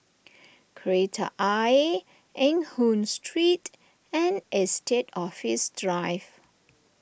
Kreta Ayer Eng Hoon Street and Estate Office Drive